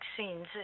vaccines